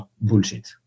bullshit